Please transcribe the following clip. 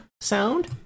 sound